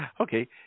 Okay